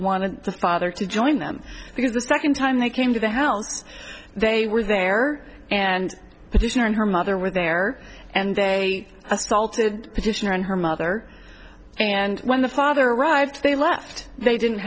wanted the father to join them because the second time they came to the house they were there and petitioner and her mother were there and they assaulted petitioner and her mother and when the father arrived they left they didn't